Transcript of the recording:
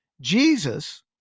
Jesus